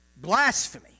Blasphemy